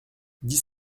dix